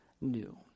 new